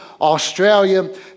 Australia